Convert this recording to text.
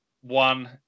one